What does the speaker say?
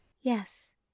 yes